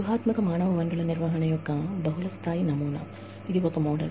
వ్యూహాత్మక మానవ వనరుల నిర్వహణ యొక్క బహుళస్థాయి మోడల్